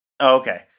okay